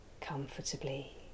comfortably